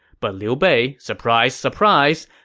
but liu bei, surprise surprise,